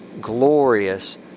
glorious